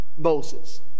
Moses